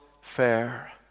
fair